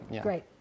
Great